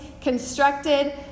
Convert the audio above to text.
constructed